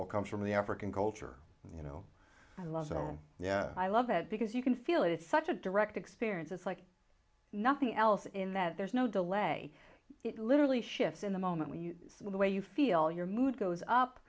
all comes from the african culture you know yeah i love it because you can feel it it's such a direct experience it's like nothing else in that there's no delay it literally shifts in the moment when you see the way you feel your mood goes up